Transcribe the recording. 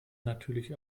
natürlich